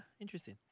interesting